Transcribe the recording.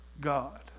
God